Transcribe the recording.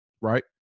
right